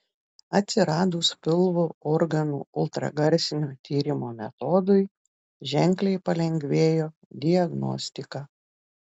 atsiradus pilvo organų ultragarsinio tyrimo metodui ženkliai palengvėjo diagnostika